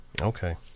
okay